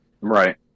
Right